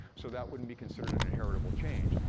so that wouldn't be considered an inheritable change.